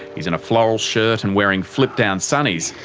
he's in a floral shirt and wearing flip down sunnies,